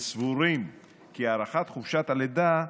וסבורים כי הארכת חופשת הלידה,